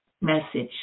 message